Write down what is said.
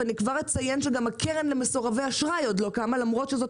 ואני כבר אציין שגם הקרן למסורבי אשראי עוד לא קמה למרות שזאת